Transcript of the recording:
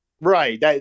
Right